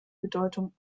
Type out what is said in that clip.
bedeutung